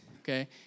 okay